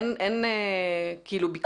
אין ביקורת אחרי?